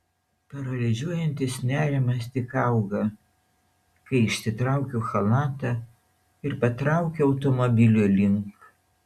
paralyžiuojantis nerimas tik auga kai išsitraukiu chalatą ir patraukiu automobilio link